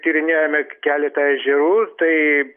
tyrinėjome keletą ežerų tai